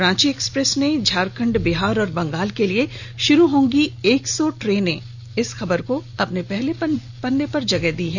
Ranchi Express ने झारखंड बिहार और बंगाल के लिए शुरू होंगी एक सौ ट्रेनें की खबर को पहले पन्ने पर जगह दी है